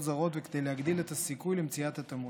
זרות כדי להגדיל את הסיכוי למציאת התאמות.